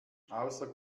außer